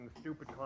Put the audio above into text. stupid